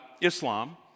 Islam